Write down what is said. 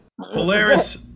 Polaris